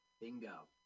Bingo